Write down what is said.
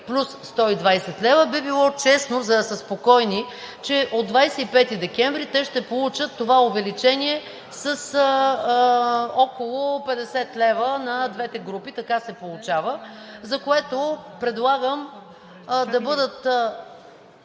плюс 120 лв., би било честно, за да са спокойни, че от 25 декември те ще получат това увеличение с около 50 лв. на двете групи, така се получава, за което предлагам да бъдат...